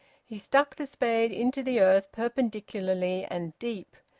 he stuck the spade into the earth perpendicularly and deep,